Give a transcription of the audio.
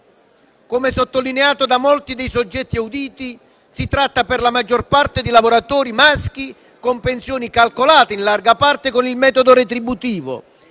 Come sottolineato da molti dei soggetti auditi, si tratta, per la maggior parte, di lavoratori maschi, con pensioni calcolate in larga parte con il metodo retributivo